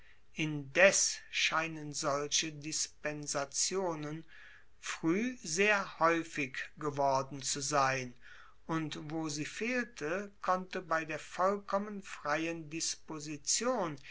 indes scheinen solche dispensationen frueh sehr haeufig geworden zu sein und wo sie fehlte konnte bei der vollkommen freien disposition